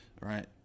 right